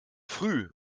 früh